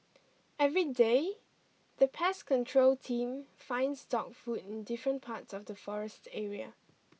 everyday the pest control team finds dog food in different parts of the forest area